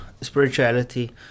spirituality